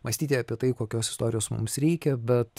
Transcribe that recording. mąstyti apie tai kokios istorijos mums reikia bet